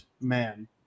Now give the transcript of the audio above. man